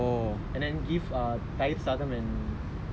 that Iyer ask me to go around Anjaneyar for eleven times